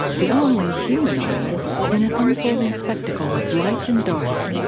the only human audience in an unfolding spectacle of light and dark,